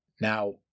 Now